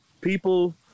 people